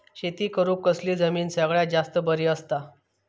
शेती करुक कसली जमीन सगळ्यात जास्त बरी असता?